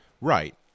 Right